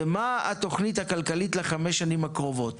ומה התוכנית הכלכלית לחמש השנים הקרובות?